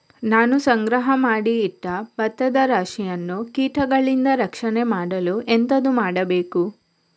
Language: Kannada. ನಾನು ಸಂಗ್ರಹ ಮಾಡಿ ಇಟ್ಟ ಭತ್ತದ ರಾಶಿಯನ್ನು ಕೀಟಗಳಿಂದ ರಕ್ಷಣೆ ಮಾಡಲು ಎಂತದು ಮಾಡಬೇಕು?